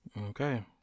Okay